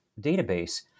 database